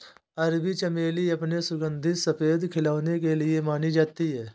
अरबी चमेली अपने सुगंधित सफेद खिलने के लिए जानी जाती है